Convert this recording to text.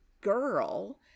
girl